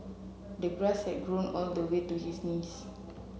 the grass had grown all the way to his knees